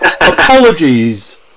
Apologies